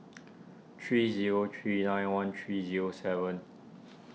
three zero three nine one three zero seven